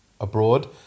Abroad